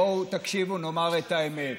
בואו, תקשיבו, נאמר את האמת.